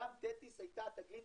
ים תטיס הייתה התגלית